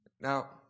Now